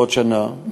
בעוד שנה,